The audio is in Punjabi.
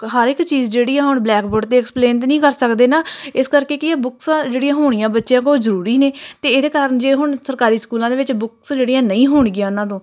ਹਰ ਇੱਕ ਚੀਜ਼ ਜਿਹੜੀ ਆ ਹੁਣ ਬਲੈਕ ਬੋਰਡ 'ਤੇ ਐਕਸਪਲੇਨ ਤਾਂ ਨਹੀਂ ਕਰ ਸਕਦੇ ਨਾ ਇਸ ਕਰਕੇ ਕੀ ਆ ਬੁੱਕਸਾਂ ਜਿਹੜੀਆਂ ਹੋਣੀਆਂ ਬੱਚਿਆਂ ਕੋਲ ਉਹ ਜ਼ਰੂਰੀ ਨੇ ਅਤੇ ਇਹਦੇ ਕਾਰਨ ਜੇ ਹੁਣ ਸਰਕਾਰੀ ਸਕੂਲਾਂ ਦੇ ਵਿੱਚ ਬੁੱਕਸ ਜਿਹੜੀਆਂ ਨਹੀਂ ਹੋਣਗੀਆਂ ਉਹਨਾਂ ਤੋਂ